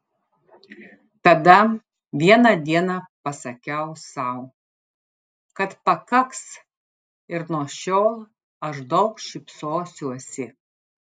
tada vieną dieną pasakiau sau kad pakaks ir nuo šiol aš daug šypsosiuosi